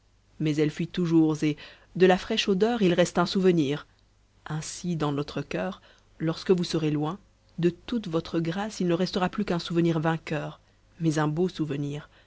mais elle fuit toujours et de la fraîche odeur il reste un souvenir ainsi dans notre coeur lorsque vous serez loin de toute votre grâce il ne restera plus qu'un souvenir vainqueur mais un beau souvenir